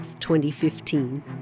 2015